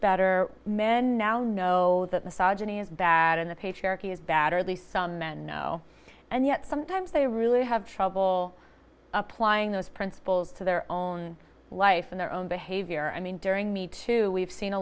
better men now know that massage any of that in the patriarchy is bad or at least some men know and yet sometimes they really have trouble applying those principles to their own life and their own behavior i mean during me too we've seen a